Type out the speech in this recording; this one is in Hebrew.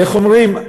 איך אומרים,